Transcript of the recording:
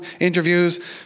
interviews